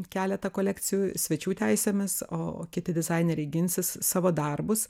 keletą kolekcijų svečių teisėmis o o kiti dizaineriai ginsis savo darbus